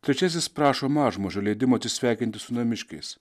trečiasis prašo mažmožio leidimo atsisveikinti su namiškiais